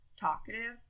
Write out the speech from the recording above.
talkative